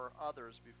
others